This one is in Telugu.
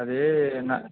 అదీ న